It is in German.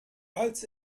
als